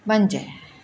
पंज